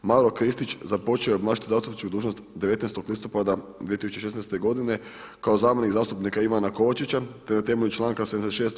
Maro Kristić započeo je obnašati zastupničku dužnost 19. listopada 2016. godine kao zamjenik zastupnika Ivana Kovačića, te na temelju članka 76.